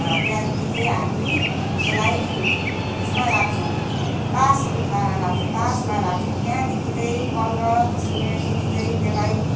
त्यहाँदेखि चाहिँ हामी त्यसलाई उयसमा राख्छौँ पास उठाएर राख्छौँ पासमा राख्छौँ त्यहाँदेखि चाहिँ पन्ध्र बिस मिनटदेखि चाहिँ त्यसलाई